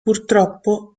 purtroppo